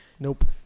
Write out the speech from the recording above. Nope